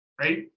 Right